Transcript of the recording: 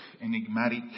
enigmatic